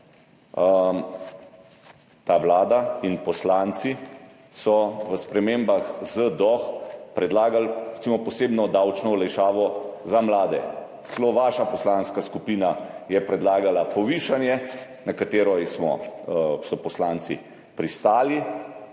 Vlada in poslanci so v spremembah ZDoh predlagali recimo posebno davčno olajšavo za mlade. Celo vaša poslanska skupina je predlagala povišanje, na katero so poslanci pristali.